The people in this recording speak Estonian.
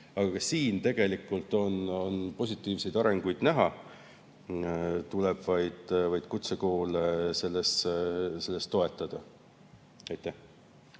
Aga siin tegelikult on positiivseid arenguid näha. Tuleb vaid kutsekoole selles toetada.